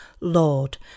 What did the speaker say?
Lord